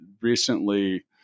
recently